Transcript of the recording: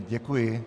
Děkuji.